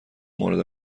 مورد